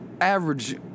Average